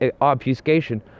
obfuscation